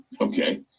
okay